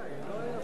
אדוני היושב-ראש,